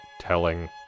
telling